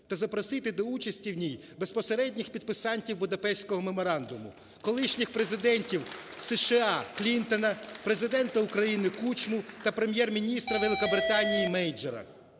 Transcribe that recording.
та запросити до участі в ній безпосередніх підписантів Будапештського меморандуму, колишніх президентів: США – Клінтона, Президента України Кучму та Прем'єр-міністра Великобританії Мейджора.